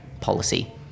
policy